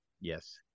Yes